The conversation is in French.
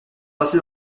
passez